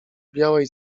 białej